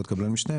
ועוד קבלן משנה,